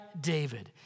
David